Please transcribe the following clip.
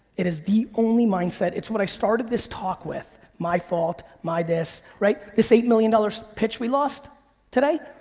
it is the only mindset, it's what i started this talk with. my fault, my this, right? this eight million dollars pitch we lost today,